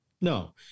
No